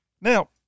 Now